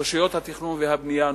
רשויות התכנון והבנייה,